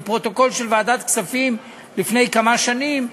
מפרוטוקול של ועדת הכספים לפני כמה שנים.